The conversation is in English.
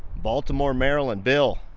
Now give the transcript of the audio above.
baltimore, maryland, bill,